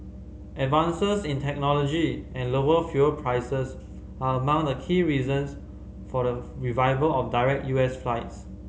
advances in technology and lower fuel prices are among the key reasons for the revival of direct U S flights